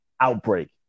outbreak